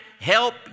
help